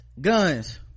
guns